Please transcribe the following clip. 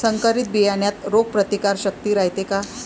संकरित बियान्यात रोग प्रतिकारशक्ती रायते का?